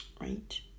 right